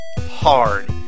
hard